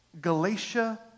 Galatia